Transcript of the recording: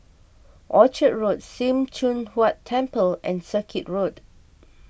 Orchard Road Sim Choon Huat Temple and Circuit Road